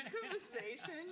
conversation